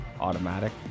Automatic